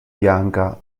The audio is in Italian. bianca